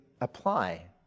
apply